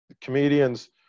comedians